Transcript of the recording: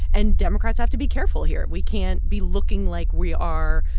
and democrats have to be careful here. we can't be looking like we are